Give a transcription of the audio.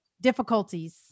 difficulties